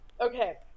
Okay